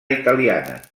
italiana